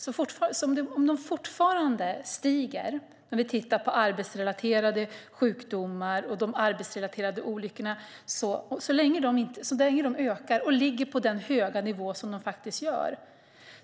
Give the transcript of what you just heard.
Så länge siffrorna för arbetsrelaterade sjukdomar och olyckor fortsätter att stiga och ligger på den höga nivå som de gör och